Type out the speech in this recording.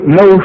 no